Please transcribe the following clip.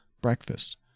breakfast